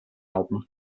album